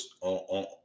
on